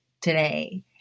today